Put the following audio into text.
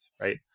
right